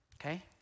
okay